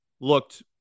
looked